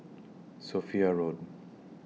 Sophia Road